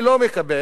אני לא מקבל,